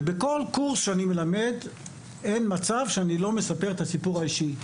ובכל קורס שאני מלמד אין מצב שאני לא מספר את הסיפור האישי.